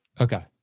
Okay